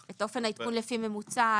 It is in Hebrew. את אופן העדכון לפי ממוצע,